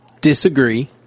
disagree